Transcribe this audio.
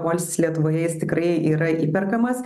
poilsis lietuvoje jis tikrai yra įperkamas